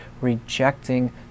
rejecting